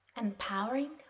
empowering